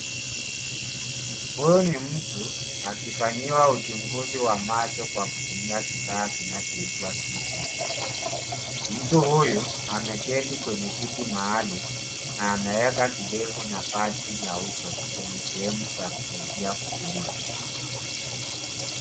Huyu ni mtu akifanyiwa uchunguzi wa macho kwa kutumia kifaa kinachoitiwa [cs ] see plant[cs ]. Mtu huyu ameketi kwenye kiti maalum ka ameweka kidevu na baji la uso kwenye sehemu za kusaidia utulivu.